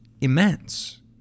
immense